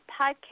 Podcast